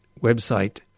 website